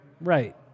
right